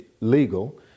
legal